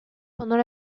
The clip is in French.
pendant